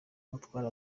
mutware